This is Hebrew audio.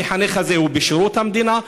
המחנך הזה הוא בשירות המדינה,